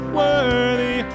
worthy